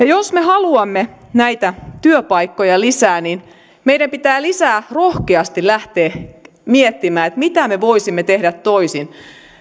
jos me haluamme näitä työpaikkoja lisää niin meidän pitää lisää rohkeasti lähteä miettimään mitä me voisimme tehdä toisin